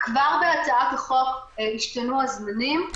כבר בהצעת החוק השתנו הזמנים,